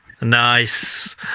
nice